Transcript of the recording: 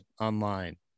online